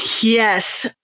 Yes